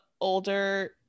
older